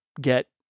get